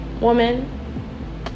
woman